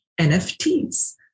NFTs